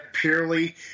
purely